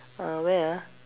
uh where ah